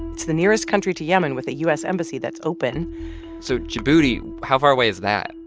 it's the nearest country to yemen with a u s. embassy that's open so djibouti how far away is that?